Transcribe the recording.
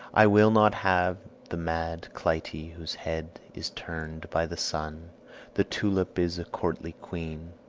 i will not have the mad clytie, whose head is turned by the sun the tulip is a courtly quean,